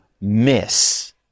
miss